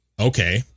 Okay